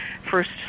first